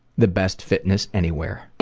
the best fitness anywhere.